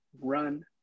run